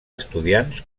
estudiants